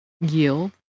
yield